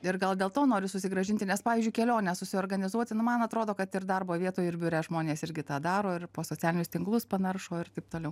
ir gal dėl to nori susigrąžinti nes pavyzdžiui kelionę susiorganizuoti nu man atrodo kad ir darbo vietoj ir biure žmonės irgi tą daro ir po socialinius tinklus panaršo ir taip toliau